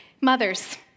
mothers